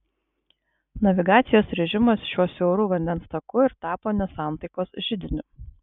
navigacijos režimas šiuo siauru vandens taku ir tapo nesantaikos židiniu